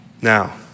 Now